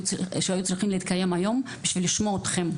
צריכות להתקיים היום בשביל לשמוע אתכם.